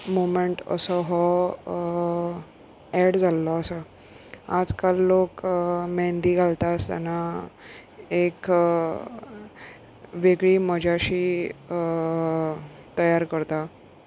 moment असो हो एड जाल्लो आसा आज काल लोक मेहंदी घालता आसतना एक वेगळी मजाशी तयार करता